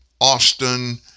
Austin